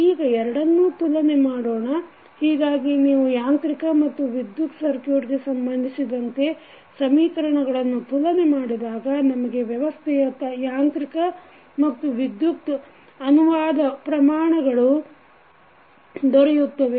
ಈಗ ಎರಡನ್ನೂ ತುಲನೆ ಮಾಡೋಣ ಹೀಗಾಗಿ ನೀವು ಯಾಂತ್ರಿಕ ಮತ್ತು ವಿದ್ಯುತ್ ಸರ್ಕುಟ್ಗೆ ಸಂಬಂಧಿಸಿದಂತೆ ಸಮೀಕರಣಗಳನ್ನು ತುಲನೆ ಮಾಡಿದಾಗ ನಮಗೆ ವ್ಯವಸ್ಥೆಯ ಯಾಂತ್ರಿಕ ಮತ್ತು ವಿದ್ಯುತ್ ಅನುವಾದ ಪ್ರಮಾಣಗಳು ದೊರೆಯುತ್ತವೆ